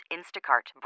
Instacart